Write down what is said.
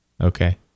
Okay